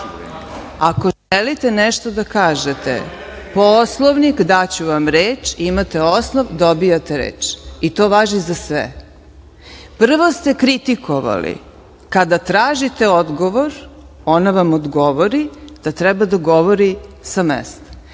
želite nešto da kažete, Poslovnik, daću vam reč, imate osnov, dobijate reč. I to važi za sve. Prvo ste kritikovali. Kada tražite odgovor, ona vam odgovori da treba da govori sa mesta.